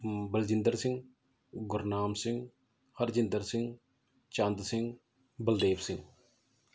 ਮ ਬਲਜਿੰਦਰ ਸਿੰਘ ਗੁਰਨਾਮ ਸਿੰਘ ਹਰਜਿੰਦਰ ਸਿੰਘ ਚੰਦ ਸਿੰਘ ਬਲਦੇਵ ਸਿੰਘ